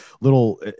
little